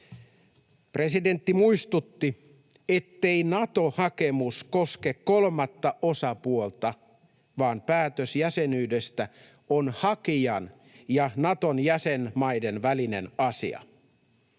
Presidentti muistutti, ettei Nato-hakemus koske kolmatta osapuolta, vaan päätös jäsenyydestä on hakijan ja Naton jäsenmaiden välinen asia.